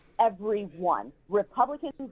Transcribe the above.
everyone—Republicans